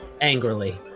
angrily